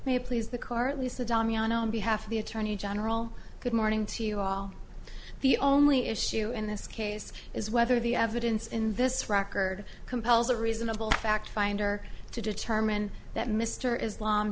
may please the car at least the damiano on behalf of the attorney general good morning to you all the only issue in this case is whether the evidence in this record compels a reasonable fact finder to determine that mr islam